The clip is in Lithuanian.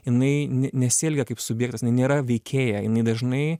jinai ne nesielgia kaip subjektas jinai nėra veikėja jinai dažnai